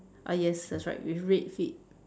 ah yes that's right with red feet